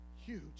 huge